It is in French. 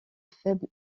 faible